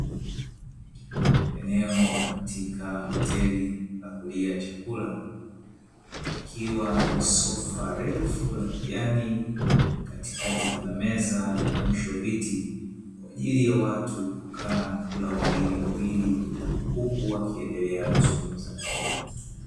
Eneo katika hoteli pa kulia chakula, likiwa na sofa refu la kijani, katikati kuna meza na mwisho kuna viti, kwa ajili ya watu kukaa na kula wawili wawili huku wakiendelea kuzungumza.